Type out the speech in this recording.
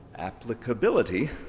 applicability